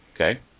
Okay